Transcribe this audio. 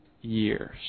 years